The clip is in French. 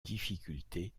difficultés